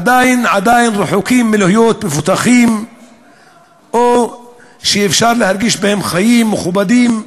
עדיין רחוקים מלהיות מפותחים או שאפשר להרגיש בהם חיים מכובדים.